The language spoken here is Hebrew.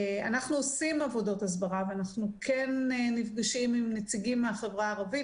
אנחנו עושים עבודות הסברה ואנחנו כן נפגשים עם נציגים מהחברה הערבית